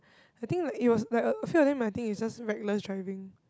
the thing like it was like a a few of them I think is just reckless driving